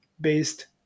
based